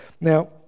Now